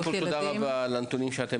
קודם כל תודה רבה על הנתונים שאתם